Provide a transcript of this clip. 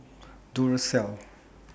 Duracell